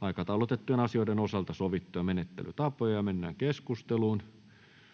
aikataulutettujen asioitten osalta sovittuja menettelytapoja. — Mennään keskusteluun.